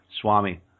Swami